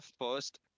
first